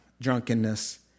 drunkenness